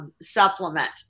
Supplement